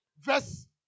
verse